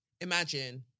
Imagine